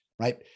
right